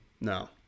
No